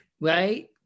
right